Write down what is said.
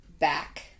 back